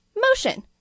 motion